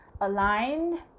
aligned